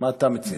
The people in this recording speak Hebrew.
מה אתה מציע?